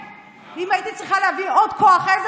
ואם הייתי צריכה להביא עוד כוח עזר,